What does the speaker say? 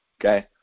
okay